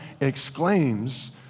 exclaims